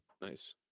Nice